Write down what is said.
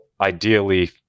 ideally